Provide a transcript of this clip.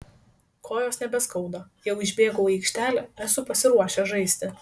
kojos nebeskauda jau išbėgau į aikštelę esu pasiruošęs žaisti